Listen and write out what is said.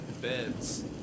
beds